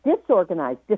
disorganized